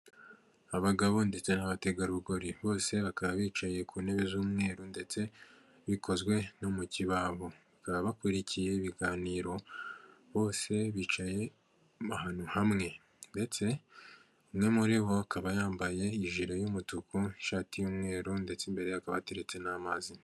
Abagabo ndetse n'abategarugori, bose bakaba bicaye ku ntebe z'umweru ndetse bikozwe no mu kibaho, bakaba bakurikiye ibiganiro, bose bicaye ahantu hamwe ndetse umwe muri bo akaba yambaye ijire y'umutuku n'ishati y'umweru, ndetse imbere hakaba hateretse n'amazi.